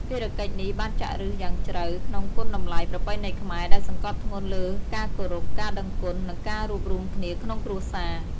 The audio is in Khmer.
ភារកិច្ចនេះបានចាក់ឬសយ៉ាងជ្រៅក្នុងគុណតម្លៃប្រពៃណីខ្មែរ ដែលសង្កត់ធ្ងន់លើការគោរព ការដឹងគុណ និងការរួបរួមគ្នាក្នុងគ្រួសារ។